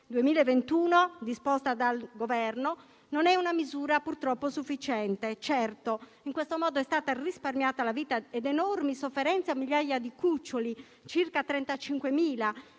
2021, non è purtroppo una misura sufficiente. Certo, in questo modo è stata risparmiata la vita ed enormi sofferenze a migliaia di cuccioli, circa 35.000,